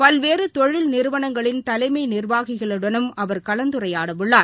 பல்வேறு தொழில் நிறுவனங்களின் தலைமை நிர்வாகிகளுடனும் அவர் கலந்துரையாடவுள்ளார்